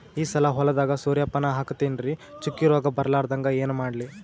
ಈ ಸಲ ಹೊಲದಾಗ ಸೂರ್ಯಪಾನ ಹಾಕತಿನರಿ, ಚುಕ್ಕಿ ರೋಗ ಬರಲಾರದಂಗ ಏನ ಮಾಡ್ಲಿ?